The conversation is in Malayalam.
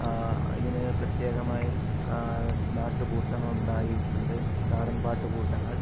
ഇതിന് പ്രത്യേകമായി നാട്ടുകൂട്ടങ്ങൾ ഉണ്ടായിട്ടുണ്ട് നാടൻപാട്ട് കൂട്ടങ്ങൾ